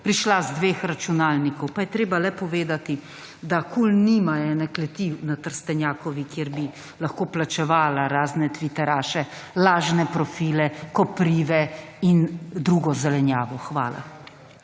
prišla iz dveh računalnikov. Pa je treba je povedati, da KUL nima ene kleti na Trstenjakovi, kjer bi lahko plačevala razne tviteraše, lažne profile, Koprive in drugo zelenjavo. Hvala.